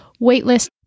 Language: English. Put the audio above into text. waitlist